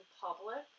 public